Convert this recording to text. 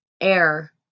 air